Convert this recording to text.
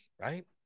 right